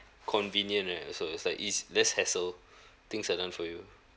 convenient right also it's like is less hassle things are done for you